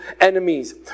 enemies